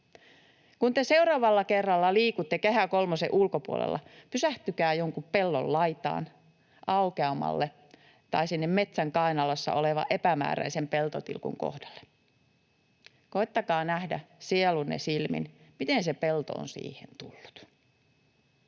Kun te seuraavalla kerralla liikutte Kehä kolmosen ulkopuolella, pysähtykää jonkun pellon laitaan, aukealle tai sinne metsän kainalossa olevan epämääräisen peltotilkun kohdalle. Koettakaa nähdä sielunne silmin, miten se pelto on siihen tullut.